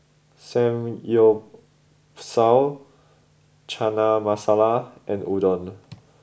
Samgyeopsal Chana Masala and Udon